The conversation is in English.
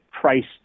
priced